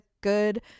good